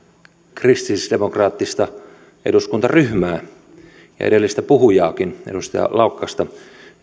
kristillisdemokraattista eduskuntaryhmää ja edellistä puhujaakin edustaja laukkasta